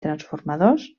transformadors